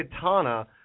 katana